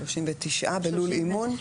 39 סנטימטרים בלול אימון.